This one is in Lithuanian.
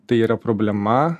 tai yra problema